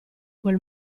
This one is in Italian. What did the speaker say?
quel